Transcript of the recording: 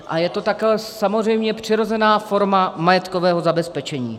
A je to také samozřejmě přirozená forma majetkového zabezpečení.